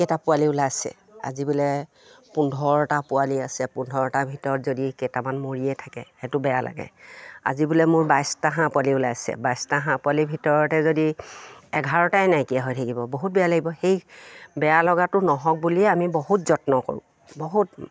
কেইটা পোৱালি ওলাইছে আজি বোলে পোন্ধৰটা পোৱালি আছে পোন্ধৰটাৰ ভিতৰত যদি কেইটামান মৰিয়ে থাকে সেইটো বেয়া লাগে আজি বোলে মোৰ বাইছটা হাঁহ পোৱালি ওলাই আছে বাইছটা হাঁহ পোৱালিৰ ভিতৰতে যদি এঘাৰটাই নাইকিয়া হৈ থাকিব বহুত বেয়া লাগিব সেই বেয়া লগাটো নহওক বুলিয়ে আমি বহুত যত্ন কৰোঁ বহুত